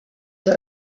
that